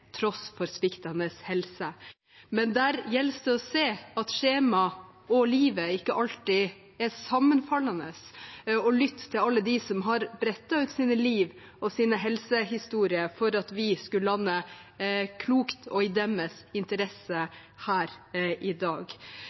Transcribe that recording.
tross for sviktende helse, men der gjelder det å se at skjemaet og livet ikke alltid er sammenfallende, og å lytte til alle dem som har brettet ut livet sitt og helsehistorien sin for at vi skulle lande klokt og i deres interesse her i dag.